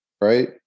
right